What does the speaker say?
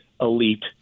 elite